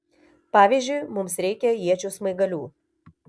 pavyzdžiui mums reikia iečių smaigalių